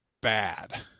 bad